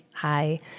Hi